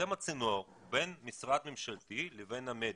הצינור בין המשרד הממשלתי לבין המדיה.